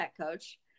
coach